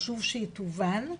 חשוב שהיא תובן,